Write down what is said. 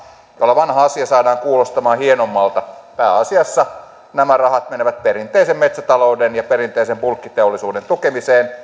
jolla vanha asia saadaan kuulostamaan hienommalta pääasiassa nämä rahat menevät perinteisen metsätalouden ja perinteisen bulkkiteollisuuden tukemiseen